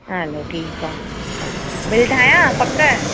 हलो ठीकु आहे hello bill ठाहियां पक